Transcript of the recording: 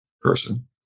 person